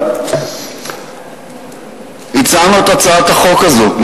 יוליה, הצענו את הצעת החוק הזאת.